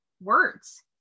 words